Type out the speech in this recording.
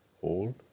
hold